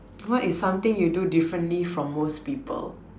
what is something you do differently from most people